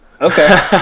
Okay